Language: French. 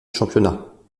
championnat